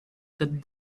that